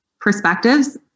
perspectives